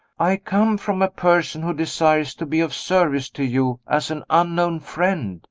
i come from a person who desires to be of service to you as an unknown friend,